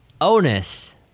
onus